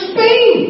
Spain